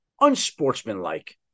unsportsmanlike